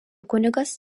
kunigas